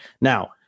now